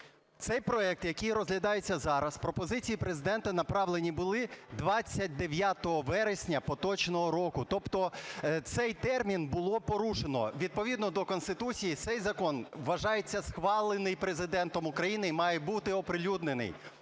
Цей проект, який розглядається зараз, пропозиції Президента направлені були 29 вересня поточного року, тобто цей термін було порушено. Відповідно до Конституції цей закон вважається схваленим Президентом України і має бути оприлюднений.